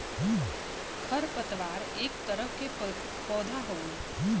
खर पतवार एक तरह के पौधा हउवे